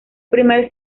primer